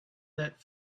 that